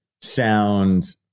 sound